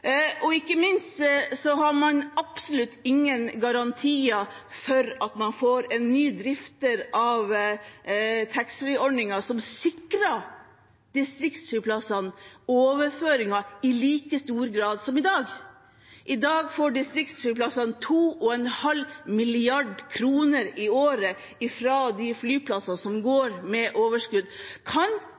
Og ikke minst, man har absolutt ingen garantier for at man får en ny drifter av taxfree-ordningen som sikrer distriktsflyplassene overføringer i like stor grad som i dag. I dag får distriktsflyplassene 2,5 mrd. kr i året fra de flyplassene som går med overskudd. Kan